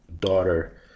Daughter